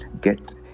get